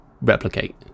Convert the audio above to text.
replicate